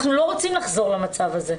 אנחנו לא רוצים לחזור למצב הזה.